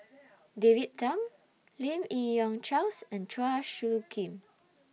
David Tham Lim Yi Yong Charles and Chua Soo Khim